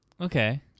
Okay